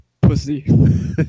Pussy